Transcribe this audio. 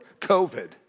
COVID